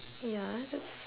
ya that's